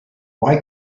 why